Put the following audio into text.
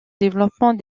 développement